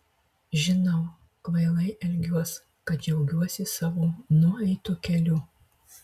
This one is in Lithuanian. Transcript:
žinau kvailai elgiuos kad džiaugiuosi savo nueitu keliu